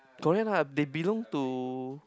correct lah they belong to